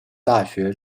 大学